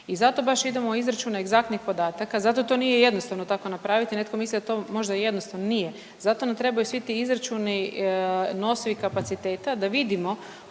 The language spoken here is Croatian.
i zato baš idemo u izračune egzaktnih podataka, zato to nije jednostavno tako napravit. Netko misli da je to možda jednostavno, nije, zato nam trebaju svi ti izračuni nosivih kapaciteta da vidimo